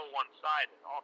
one-sided